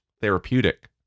therapeutic